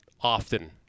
often